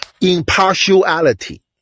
impartiality